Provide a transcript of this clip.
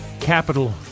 capital